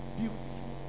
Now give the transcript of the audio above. beautiful